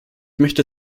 möchte